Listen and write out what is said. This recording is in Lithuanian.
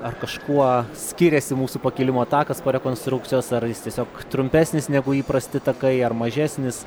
ar kažkuo skiriasi mūsų pakilimo takas po rekonstrukcijos ar jis tiesiog trumpesnis negu įprasti takai ar mažesnis